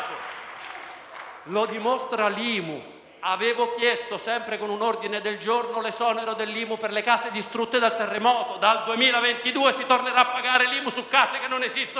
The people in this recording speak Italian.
dall'Imu: avevo chiesto, sempre con un ordine del giorno, l'esonero per le case distrutte dal terremoto; dal 2022 si tornerà a pagarla su case che non esistono più.